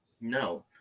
No